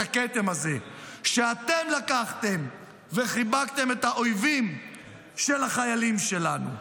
כשאתם לקחתם וחיבקתם את האויבים של החיילים שלנו.